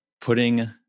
putting